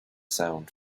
sound